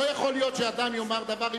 לא יכול להיות שאדם יאמר דבר,